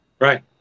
Right